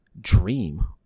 dream